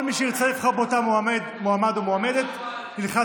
כל מי שירצה לבחור באותו מועמד או באותה מועמדת ילחץ